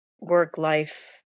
work-life